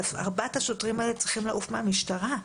הם צריכים לעוף מהמשטרה.